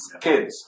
kids